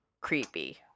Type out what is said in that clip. creepy